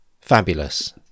fabulous